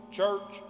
church